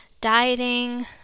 dieting